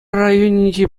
районӗнче